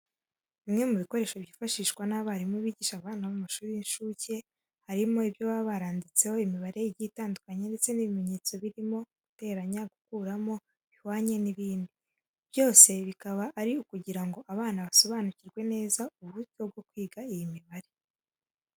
Bimwe mu bikoresho byifashishwa n'abarimu bigisha abana bo mu mashuri y'incuke harimo ibyo baba baranditseho imibare igiye itandukanye ndetse n'ibimenyetso birimo guteranya, gukuramo, bihwanye n'ibindi, byose bikaba ari ukugira ngo abana basobanukirwe neza uburyo bwo kwiga iyo mibare.